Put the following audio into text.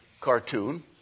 cartoon